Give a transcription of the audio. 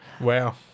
Wow